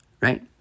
right